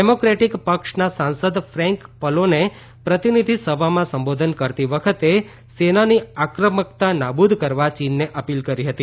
democratic પક્ષના સાંસદ Frank Pallone પ્રતિનિધિસભામાં સંબોધન કરતી વખતે સેનાની આક્રમતા નાબુદ કરવા ચીનને અપીલ કરી હતી